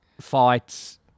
fights